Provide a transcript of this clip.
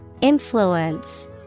Influence